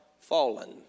fallen